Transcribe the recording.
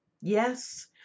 Yes